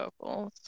vocals